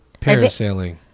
Parasailing